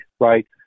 right